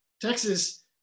Texas